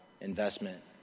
investment